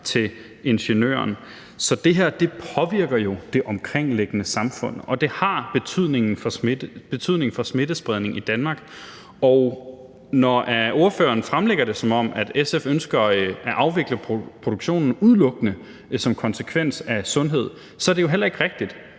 til Ingeniøren. Så det her påvirker jo det omkringliggende samfund, og det har betydning for smittespredningen i Danmark, og når ordføreren fremlægger det, som om SF ønsker at afvikle produktionen udelukkende som en konsekvens af sundhed, så er det jo heller ikke rigtigt.